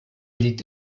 liegt